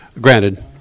Granted